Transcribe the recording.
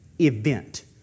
event